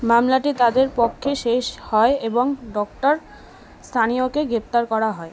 মামলাটি তাদের পক্ষে শেষ হয় এবং ডক্টর স্থানীয়কে গ্রেপ্তার করা হয়